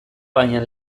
baina